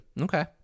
okay